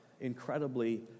incredibly